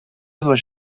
dues